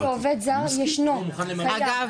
אגב